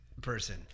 person